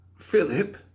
Philip